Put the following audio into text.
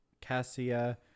cassia